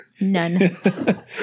None